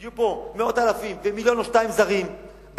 יהיו פה מאות אלפים ומיליון או שניים זרים,